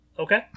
Okay